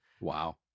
Wow